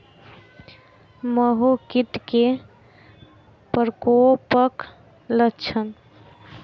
माहो कीट केँ प्रकोपक लक्षण?